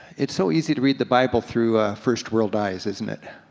it's so easy to read the bible through first-world eyes isn't it?